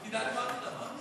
תודה רבה,